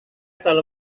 selalu